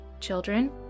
Children